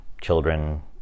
children